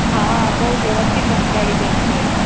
હા બહું ઝડપથી પહોંચાડી દેશે